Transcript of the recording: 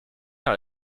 dans